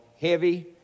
heavy